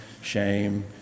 shame